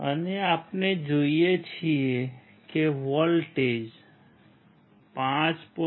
અને આપણે જોઈએ છીએ કે વોલ્ટેજ 5